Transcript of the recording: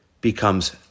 becomes